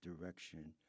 direction